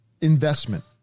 investment